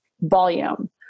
volume